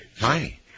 Hi